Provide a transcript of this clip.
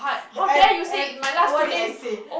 the and and what did I say